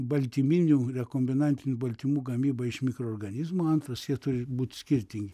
baltyminių rekombinantinių baltymų gamyba iš mikroorganizmų antros jie turi būt skirtingi